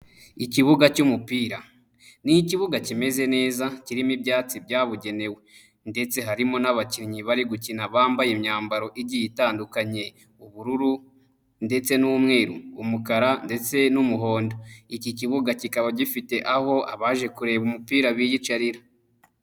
Ikibuga cy'umupira. Ni ikibuga kimeze neza kirimo ibyatsi byabugenewe, ndetse harimo n'abakinnyi bari gukina bambaye imyambaro igiye itandukanye ubururu, ndetse n'umweru, umukara ndetse n'umuhondo. Iki kibuga kikaba gifite aho abaje kureba umupira biyicarira.